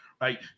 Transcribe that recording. Right